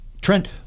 Trent